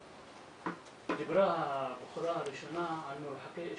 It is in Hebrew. דיברה הבחורה הראשונה על מרוחקי ישוב,